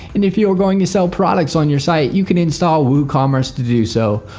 and if you are going to sell products on your site, you can install woocommerce to do so.